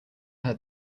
heard